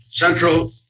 Central